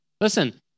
Listen